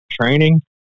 training